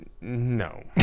No